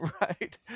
right